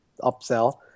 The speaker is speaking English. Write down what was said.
upsell